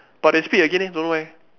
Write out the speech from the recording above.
but they split again eh don't know why